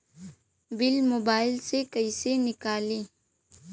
Bill mobile से कईसे निकाली?